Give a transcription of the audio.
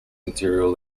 material